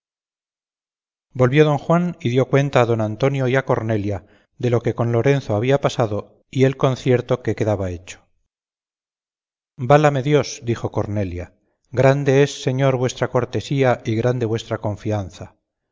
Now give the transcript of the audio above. volvió don juan y dio cuenta a don antonio y a cornelia de lo que con lorenzo había pasado y el concierto que quedaba hecho válame dios dijo cornelia grande es señor vuestra cortesía y grande vuestra confianza